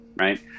right